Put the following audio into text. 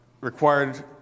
required